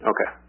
Okay